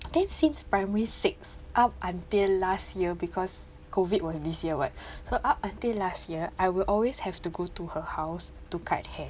then since primary six up until last year because COVID was this year what so up until last year I will always have to go to her house to cut hair